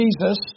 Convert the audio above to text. Jesus